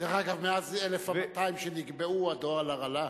דרך אגב, מאז 1,200 שנקבעו, הדולר עלה,